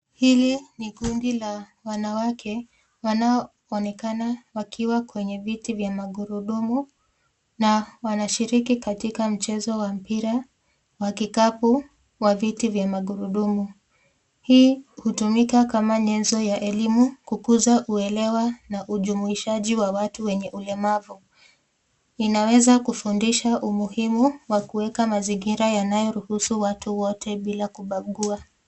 Hili ni kundi la wanawake wanaoonekana wakiwa kwenye viti vya magurudumu, na wanashiriki katika mchezo wa mpira wa kikapu wa viti vya magurudumu. Hii hutumika kama nyezo ya elimu, kukuza uelewa na ujumuishaji wa watu wenye ulemavu. Inaweza kufundisha umuhimu wa kueka mazingira yanayoruhusu watu wote bila kubagua.